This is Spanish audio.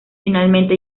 finalmente